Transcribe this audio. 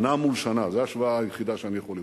שנה מול שנה, זו ההשוואה היחידה שאני יכול לראות.